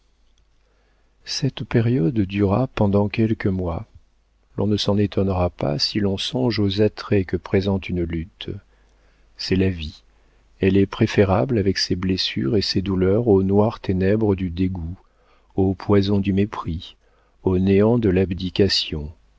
cette période dura pendant quelques mois l'on ne s'en étonnera pas si l'on songe aux attraits que présente une lutte c'est la vie elle est préférable avec ses blessures et ses douleurs aux noires ténèbres du dégoût au poison du mépris au néant de l'abdication